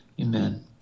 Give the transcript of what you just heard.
Amen